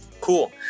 Cool